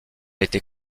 été